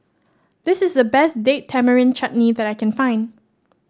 this is the best Date Tamarind Chutney that I can find